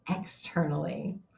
externally